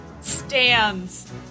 stands